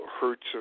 hurts